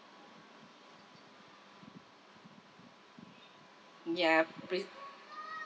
ya please